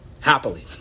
happily